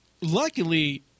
luckily